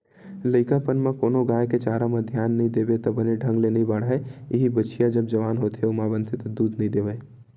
लइकापन म कोनो गाय के चारा म धियान नइ देबे त बने ढंग ले नइ बाड़हय, इहीं बछिया जब जवान होथे अउ माँ बनथे त बने दूद नइ देवय